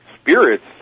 spirits